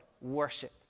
worship